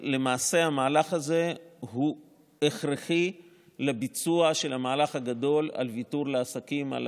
המהלך הזה הכרחי לביצוע של המהלך הגדול של ויתור לעסקים על